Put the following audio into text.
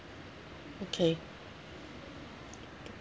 okay